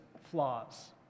flaws